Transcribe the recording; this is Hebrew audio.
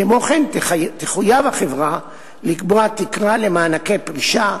כמו כן תחויב החברה לקבוע תקרה למענקי פרישה,